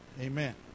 Amen